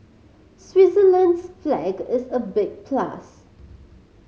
Switzerland's flag is a big plus